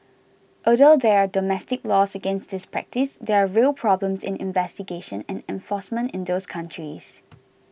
although there are domestic laws against this practice there are real problems in investigation and enforcement in those countries